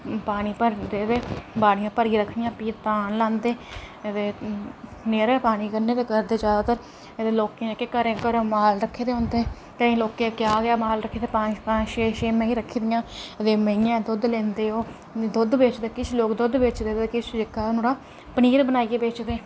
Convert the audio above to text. पानी भरदे ते केह् आखदे बाड़ियां भरियै रक्खनियां धान लांदे अदे नैह्रां दा पानी कन्नै करदे जाओ उद्धऱ लोकें जेह्के घरें घरें माल रक्खे् दे होंदे ओह् ते लोकं क्यां क्यां माल रक्खे दे पंज पंज छे छे मेहीं रक्खी दियां अदे मेहियें दा दुद्ध लेंदे ओह् दुद्ध बेचदे किश लोक दुद्ध बेचदे किश जेह्का ऐ नुआढ़ा पनीर बनाइयै बेचदे